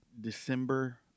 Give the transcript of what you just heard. December